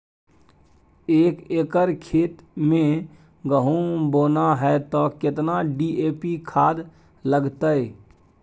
एक एकर खेत मे गहुम बोना है त केतना डी.ए.पी खाद लगतै?